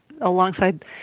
alongside